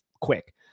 quick